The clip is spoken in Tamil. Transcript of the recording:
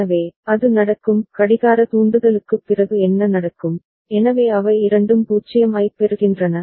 எனவே அது நடக்கும் கடிகார தூண்டுதலுக்குப் பிறகு என்ன நடக்கும் எனவே அவை இரண்டும் 0 ஐப் பெறுகின்றன